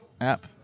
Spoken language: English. app